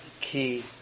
key